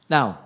Now